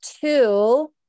two